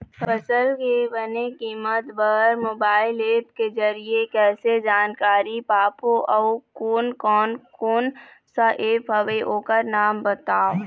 फसल के बने कीमत बर मोबाइल ऐप के जरिए कैसे जानकारी पाबो अउ कोन कौन कोन सा ऐप हवे ओकर नाम बताव?